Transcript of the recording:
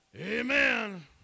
Amen